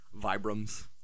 Vibrams